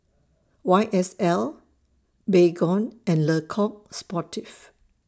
Y S L Baygon and Le Coq Sportif